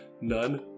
None